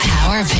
Power